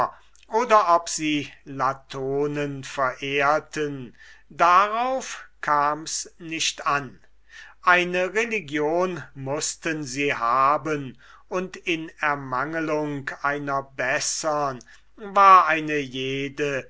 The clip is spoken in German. oder ob sie latonen verehrten darauf kam's nicht an eine religion mußten sie haben und in ermangelung einer bessern war eine jede